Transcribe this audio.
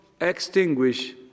extinguish